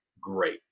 great